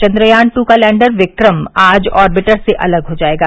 चन्द्रयान दू का लैंडर विक्रम आज आर्बिटर से अलग हो जायेगा